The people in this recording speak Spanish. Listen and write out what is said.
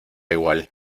igual